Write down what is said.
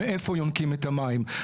מאיפה יונקים את המים.